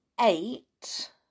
eight